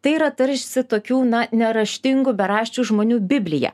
tai yra tarsi tokių na neraštingų beraščių žmonių biblija